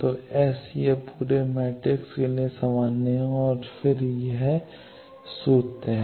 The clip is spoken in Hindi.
तो S यह पूरे मैट्रिक्स के लिए सामान्य है और फिर ये सूत्र हैं